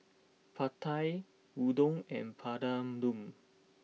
Pad Thai Udon and Papadum